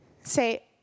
say